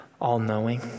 all-knowing